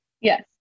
yes